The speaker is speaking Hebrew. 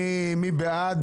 מי בעד?